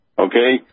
Okay